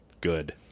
good